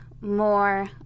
more